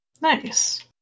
Nice